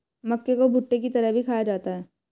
मक्के को भुट्टे की तरह भी खाया जाता है